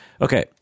Okay